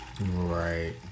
Right